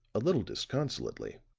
a little disconsolately,